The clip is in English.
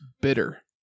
bitter